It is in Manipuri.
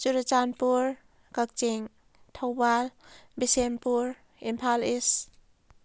ꯆꯨꯔꯆꯥꯟꯄꯨꯔ ꯀꯛꯆꯤꯡ ꯊꯧꯕꯥꯜ ꯕꯤꯁꯦꯝꯄꯨꯔ ꯏꯝꯐꯥꯜ ꯏꯁ